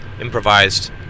improvised